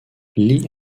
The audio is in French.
lee